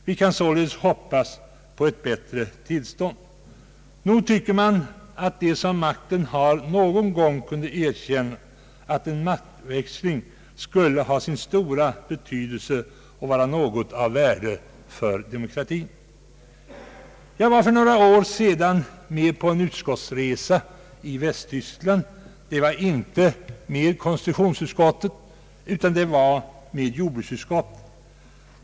Vi kan således hoppas på ett bättre till stånd härvidlag. Nog tycker man att de som makten hava någon gång kunde erkänna att en maktväxling skulle vara av stor betydelse och av stort värde för demokratin. Jag var för några år sedan med på en utskottsresa till Västtyskland — inte med konstitutionsutskottet utan med jordbruksutskottet.